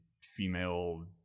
female